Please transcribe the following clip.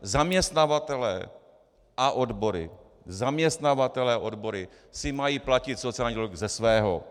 Zaměstnavatelé a odbory zaměstnavatelé a odbory si mají platit sociální dialog ze svého.